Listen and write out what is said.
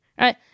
right